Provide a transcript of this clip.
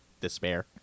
despair